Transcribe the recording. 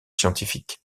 scientifique